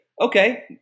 okay